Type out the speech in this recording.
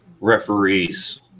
referees